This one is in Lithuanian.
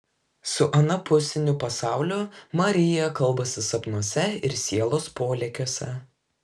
su anapusiniu pasauliu marija kalbasi sapnuose ir sielos polėkiuose